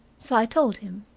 so i told him.